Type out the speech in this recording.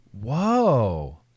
Whoa